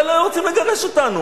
אולי לא היו רוצים לגרש אותנו.